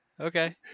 okay